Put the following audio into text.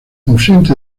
ausente